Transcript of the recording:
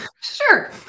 Sure